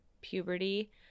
puberty